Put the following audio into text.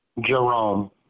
Jerome